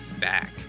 back